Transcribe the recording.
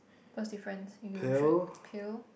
first difference you should peel